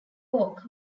walk